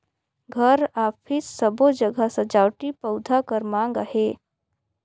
घर, अफिस सबो जघा सजावटी पउधा कर माँग अहे